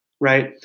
right